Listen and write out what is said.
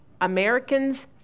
Americans